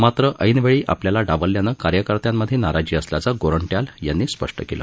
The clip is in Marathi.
मात्र ऐनवेळी आपल्याला डावलल्यानं कार्यकर्त्यांमध्ये नाराजी असल्याचं गोरंट्याल यांनी स्पष्ट केलं